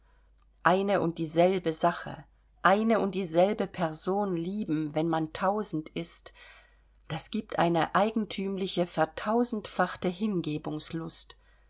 eine und dieselbe sache eine und dieselbe person lieben wenn man tausend ist das gibt eine eigentümliche vertausendfachte hingebungslust